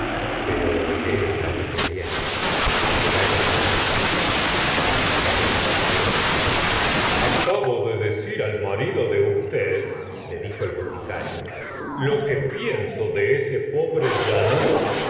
pero iré el afio que viene cuando vaya parís para acabar mi carrera de leyes acabo de decir al marido de usted le dijo el boticario lo que pienso de ese pobre janoda